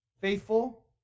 faithful